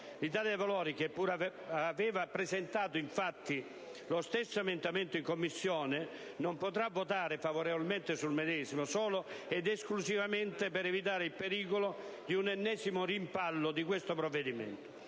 dei deputati e, pur avendo presentato lo stesso emendamento in Commissione, non potrà votare favorevolmente sullo stesso solo ed esclusivamente per evitare il pericolo di un ennesimo rimpallo di questo provvedimento